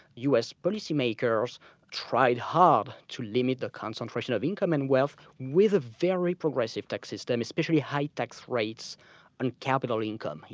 u. s. policy makers tried hard to limit the concentration of income and wealth, with a very progressive tax system, especially high tax rates and capital income,